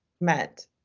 met